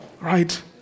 Right